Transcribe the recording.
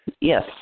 Yes